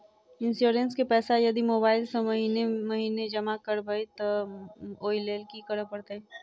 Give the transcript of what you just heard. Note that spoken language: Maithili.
इंश्योरेंस केँ पैसा यदि मोबाइल सँ महीने महीने जमा करबैई तऽ ओई लैल की करऽ परतै?